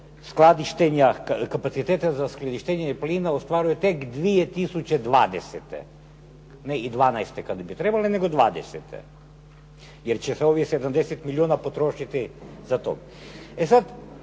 kapaciteta za skladištenje plina ostvaruje tek 2020., ne 2012. kada bi trebali nego '20. Jer će se ovih 70 milijuna potrošiti za to. E sad,